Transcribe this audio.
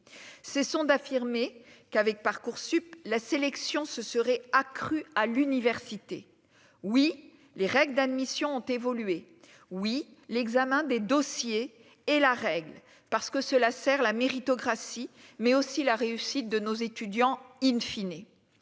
cessons d'affirmer qu'avec Parcoursup, la sélection se serait accru à l'université, oui, les règles d'admission ont évolué oui l'examen des dossiers et la règle parce que cela sert la méritocratie, mais aussi la réussite de nos étudiants in fine